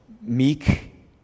meek